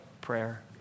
prayer